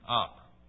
up